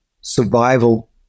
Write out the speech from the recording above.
survival